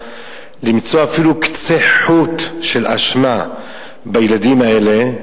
למצוא אפילו קצה חוט של אשמה בילדים האלה,